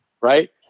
right